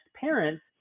parents